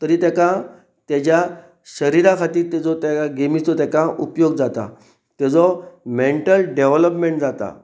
तरी ताका तेज्या शरिरा खातीर तेजो त्या गेमीचो ताका उपयोग जाता तेजो मेंटल डेवलोपमेंट जाता